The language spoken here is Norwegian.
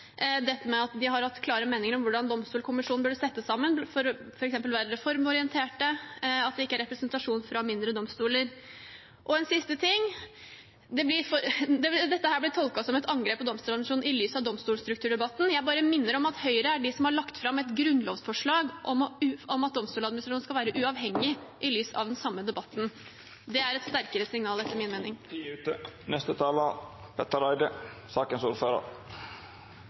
at de har hatt klare meninger om hvordan domstolkommisjonen burde settes sammen for å være reformorientert, at det ikke er representasjon fra mindre domstoler En siste ting: Dette blir tolket som et angrep på Domstoladministrasjonen i lys av domstolstrukturdebatten. Jeg bare minner om at det er Høyre som har lagt fram et grunnlovsforslag om at Domstoladministrasjonen skal være uavhengig – i lys av den samme debatten. Det er et sterkere signal. Tida er ute.